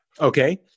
Okay